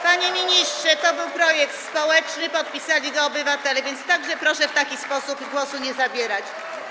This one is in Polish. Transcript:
Panie ministrze, to był projekt społeczny, podpisali go obywatele, więc także proszę w taki sposób głosu nie zabierać.